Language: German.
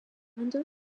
andere